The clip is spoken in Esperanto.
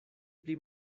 pli